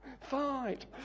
Fight